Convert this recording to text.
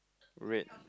red